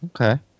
Okay